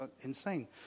insane